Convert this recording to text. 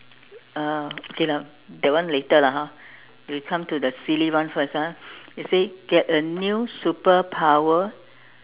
ah okay lah that one later lah hor we come to the silly one first ah it say get a new superpower